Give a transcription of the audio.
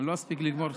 אני לא אספיק לגמור.